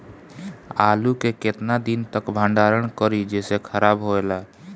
आलू के केतना दिन तक भंडारण करी जेसे खराब होएला?